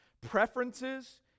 preferences